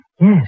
Yes